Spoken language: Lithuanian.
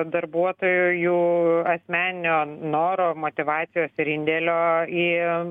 darbuotojų asmeninio noro motyvacijos ir indėlio į